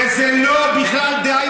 וזה בכלל לא דעה,